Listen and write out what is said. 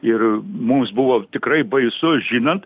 ir mums buvo tikrai baisu žinant